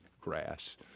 grass